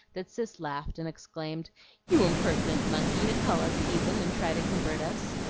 that cis laughed, and exclaimed you impertinent monkey, to call us heathen and try to convert us!